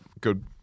good